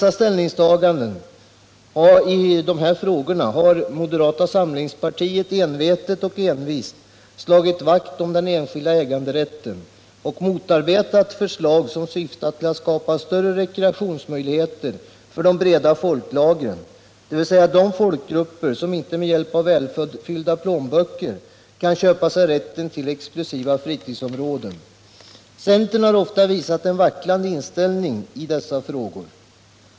I ställningstagandena till dessa frågor har moderata samlingspartiet envetet och envist slagit vakt om den enskilda äganderätten och motarbetat förslag, som syftat till att skapa större rekreationsmöjligheter för de breda folklagren, dvs. de folkgrupper som inte med hjälp av välfyllda plånböcker kan köpa sig rätten till exklusiva fritidsområden. Centern har ofta visat en vacklande inställning i dessa frågor.